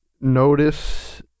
notice